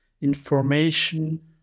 information